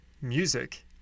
music